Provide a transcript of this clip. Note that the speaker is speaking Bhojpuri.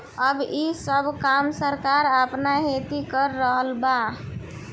अब ई सब काम सरकार आपना होती कर रहल बा